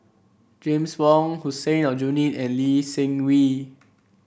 James Wong Hussein Aljunied and Lee Seng Wee